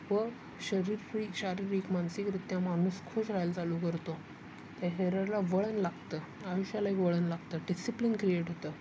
व शरीक शारीरिक मानसिकरित्या माणूस खुश रहायला चालू करतो त्या शरीराला वळण लागतं आयुष्यालाही वळण लागतं डिसिप्लिन क्रिएट होतं